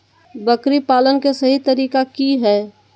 बकरी पालन के सही तरीका की हय?